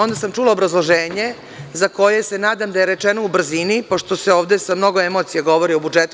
Onda sam čula obrazloženje za koje se nadam da je rečeno u brzini, pošto se ovde sa mnogo emocija govori o budžetu.